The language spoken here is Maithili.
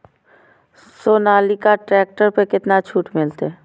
सोनालिका ट्रैक्टर पर केतना छूट मिलते?